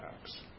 tax